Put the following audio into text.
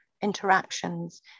interactions